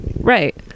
Right